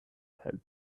help